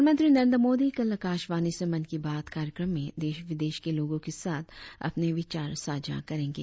प्रधानमंत्री नरेंद्र मोदी कल आकाशवाणी से मन की बात कार्यक्रम में देश विदेश के लोगों के साथ अपने विचार साझा करेंगे